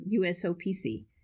USOPC